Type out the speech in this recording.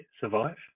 survive